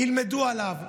ילמדו עליו,